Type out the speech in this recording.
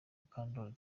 mukandoli